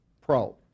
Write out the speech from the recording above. pro